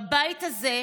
בבית הזה,